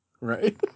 Right